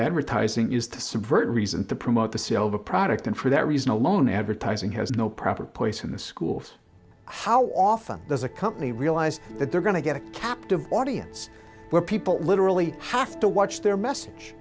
advertising is to subvert reason to promote to sell the product and for that reason alone advertising has no proper place in the schools how often does a company realize that they're going to get a captive audience where people literally have to watch their message